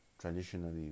traditionally